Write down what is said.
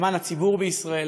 למען הציבור בישראל,